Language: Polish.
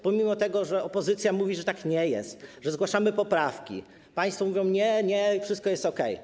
Pomimo tego, że opozycja mówi, że tak nie jest, że zgłasza poprawki, państwo mówią: nie, nie, wszystko jest okej.